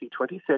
26